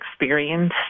experience